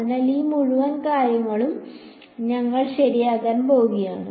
അതിനാൽ ഈ മുഴുവൻ കാര്യവും ഞങ്ങൾ ശരിയാക്കാൻ പോകുകയാണ്